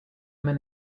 men